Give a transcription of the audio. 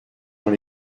dans